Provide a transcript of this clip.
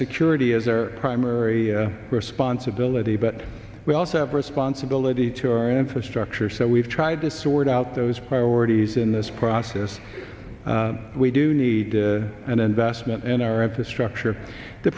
security is our primary responsibility but we also have responsibility to our infrastructure so we've tried to sort out those priorities in this process we do need an investment in our infrastructure the